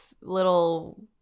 little